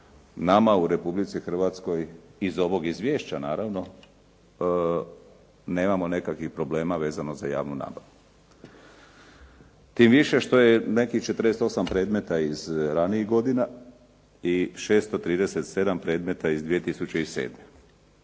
nama u Republici Hrvatskoj, iz ovog izvješća naravno, nemamo nekakvih problema vezano za javnu nabavu. Tim više što je nekih 48 predmeta iz ranijih godina i 637 predmeta iz 2007.